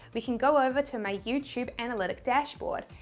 we can go over to my youtube analytic dashboard.